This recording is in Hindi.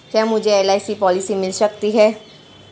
क्या मुझे एल.आई.सी पॉलिसी मिल सकती है?